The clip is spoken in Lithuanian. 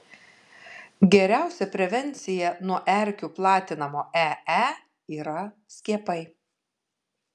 geriausia prevencija nuo erkių platinamo ee yra skiepai